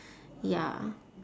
ya